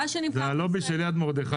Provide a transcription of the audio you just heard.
זה הלובי של "יד מרדכי".